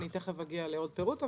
תיכף אגיע לעוד פירוט.